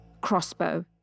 Crossbow